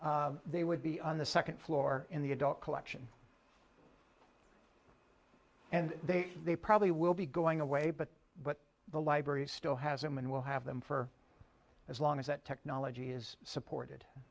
tape they would be on the second floor in the adult collection and they they probably will be going away but but the library still has him and we'll have them for as long as that technology is supported